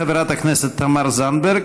חברת הכנסת תמר זנדברג.